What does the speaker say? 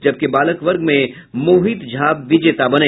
जबकि बालक वर्ग में मोहित झा विजेता बने